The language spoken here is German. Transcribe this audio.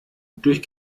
durch